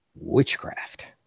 witchcraft